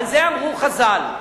על זה אמרו חז"ל: